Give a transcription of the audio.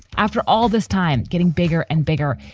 after all this time, getting bigger and bigger.